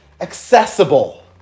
Accessible